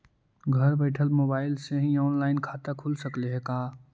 घर बैठल मोबाईल से ही औनलाइन खाता खुल सकले हे का?